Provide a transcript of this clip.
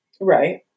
Right